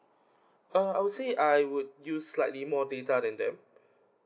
uh I would say I would use slightly more data than them